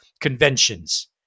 conventions